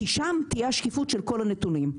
כי שם תהיה השקיפות של כל הנתונים,